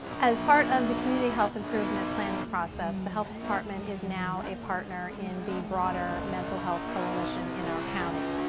as part of the community health improvement planning process, the health department is now a partner in the broader mental health coalition in our county.